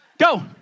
Go